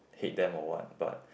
hate them or what but